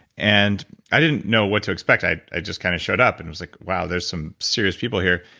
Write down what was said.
and i didn't know what to expect, i i just kind of showed up and was like, wow there's some serious people here.